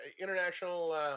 International